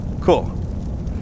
Cool